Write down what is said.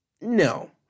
No